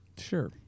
sure